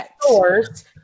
stores